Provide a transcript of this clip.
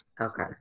Okay